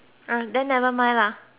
ya